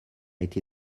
été